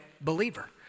believer